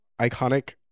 iconic